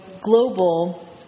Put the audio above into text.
global